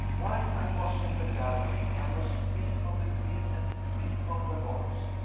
while i was in the gallery i was free from the dread, and free from the voice.